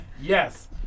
Yes